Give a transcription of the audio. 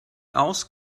aus